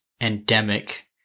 endemic